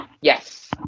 Yes